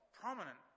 prominent